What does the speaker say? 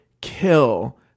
kill